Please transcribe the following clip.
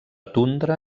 tundra